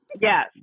Yes